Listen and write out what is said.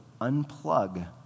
unplug